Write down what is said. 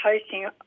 posting